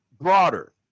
broader